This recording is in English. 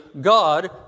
God